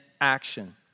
action